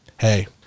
hey